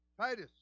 Titus